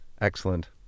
Excellent